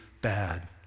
bad